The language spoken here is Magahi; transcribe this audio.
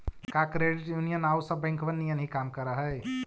का क्रेडिट यूनियन आउ सब बैंकबन नियन ही काम कर हई?